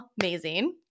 amazing